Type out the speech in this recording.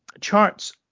charts